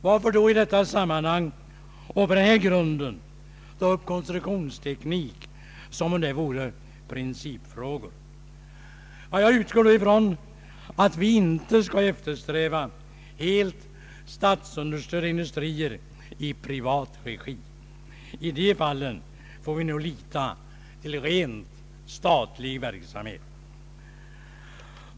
Varför då i detta sammanhang och på denna grund ta upp konstruktionsteknik som om det vore principfrågor? Jag utgår då från att vi inte skall eftersträva helt statsunderstödda industrier i privat regi. I de fallen får vi nu lita till rent statlig verksamhet.